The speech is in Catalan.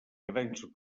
grans